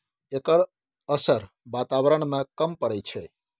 एकर असर बाताबरण में कम परय छै